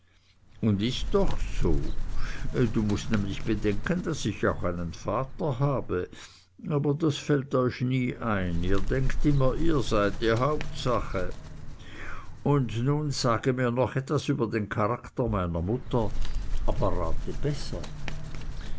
und ist doch so du mußt nämlich bedenken daß ich auch einen vater habe aber das fällt euch nie ein ihr denkt immer ihr seid die hauptsache und nun sage mir noch etwas über den charakter meiner mutter aber rate besser